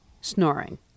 snoring